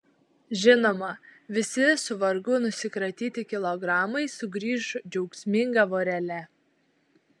žinoma visi su vargu nusikratyti kilogramai sugrįš džiaugsminga vorele